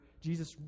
Jesus